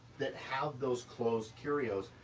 that have those closed curios,